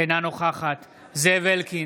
אינה נוכחת זאב אלקין,